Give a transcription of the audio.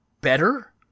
better